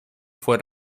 fue